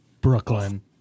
Brooklyn